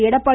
Edappadi